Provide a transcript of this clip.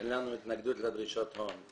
אין לנו התנגדות לדרישות הון.